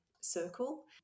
circle